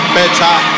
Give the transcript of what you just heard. better